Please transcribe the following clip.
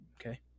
Okay